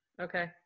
Okay